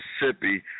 Mississippi